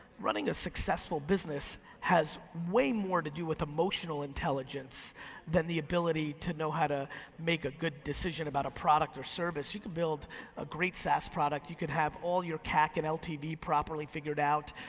running a successful business has way more to do with emotional intelligence than the ability to know how to make a good decision about a product or service. you could build a great saas product, you could have all your cac and ltv properly figured out,